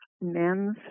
Men's